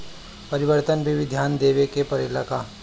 परिवारन पर भी ध्यान देवे के परेला का?